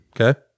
Okay